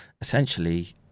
essentially